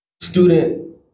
student